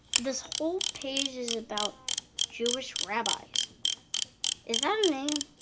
this whole page is about jewish rabbis. is that a name?